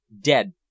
Dead